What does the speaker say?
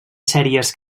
sèries